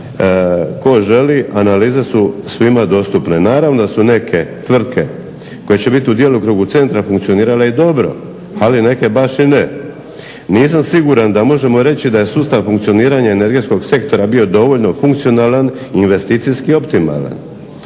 tko želi, analize su svima dostupne. Naravno da su neke tvrtke koje će bit u djelokrugu centra funkcionirale dobro, ali neke baš i ne. Nisam siguran da možemo reći da je sustav funkcioniranja energetskog sektora bio dovoljno funkcionalan i investicijski optimalan.